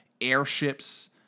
Airships